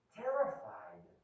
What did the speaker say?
terrified